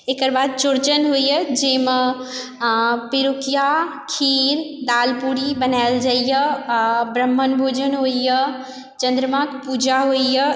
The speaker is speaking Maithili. एकरबाद चौरचन होइए जैमे पिरूकिया खीर दालि पूरी बनायल जाइए आओर ब्राह्मण भोजन होइए चन्द्रमाके पूजा होइए